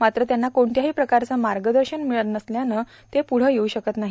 मात्र त्यांना कोणत्याही प्रकारचे मार्गदर्शव मिळत वसल्यानं ते पुढे येऊ शकत नाही